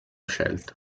scelto